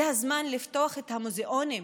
זה הזמן לפתוח את המוזיאונים,